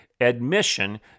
admission